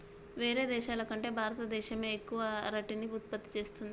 వేరే దేశాల కంటే భారత దేశమే ఎక్కువ అరటిని ఉత్పత్తి చేస్తంది